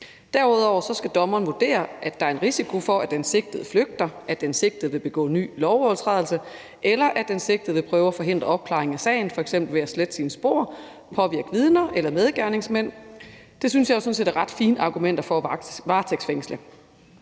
Derudover skal dommeren vurdere, at der er en risiko for, at den sigtede flygter, at den sigtede vil begå nye lovovertrædelser, eller at den sigtede vil prøve at forhindre opklaringen af sagen, f.eks. ved at slette sine spor eller påvirke vidner eller medgerningsmænd. Det synes jeg sådan set er ret fine argumenter for at varetægtsfængsle.